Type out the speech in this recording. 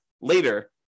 later